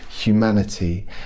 humanity